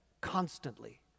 constantly